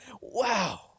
Wow